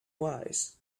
wise